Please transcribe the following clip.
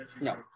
No